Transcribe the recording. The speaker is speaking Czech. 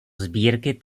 sbírky